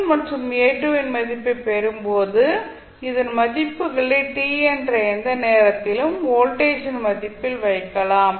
A1 மற்றும் A2 இன் மதிப்பைப் பெறும் போது இதன் மதிப்புகளை t என்ற எந்த நேரத்திலும் வோல்டேஜின் மதிப்பில் வைக்கலாம்